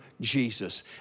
Jesus